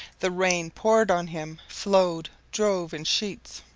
the rain poured on him, flowed, drove in sheets.